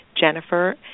Jennifer